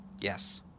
Yes